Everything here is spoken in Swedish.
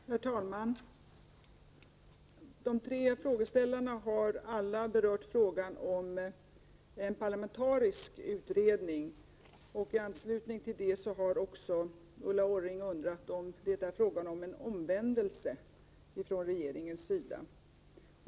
Herr talman! De tre frågeställarna har alla berört frågan om en parlamentarisk utredning. I anslutning till det har också Ulla Orring undrat om det är frågan om en omvändelse från regeringens sida.